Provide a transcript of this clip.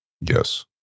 Yes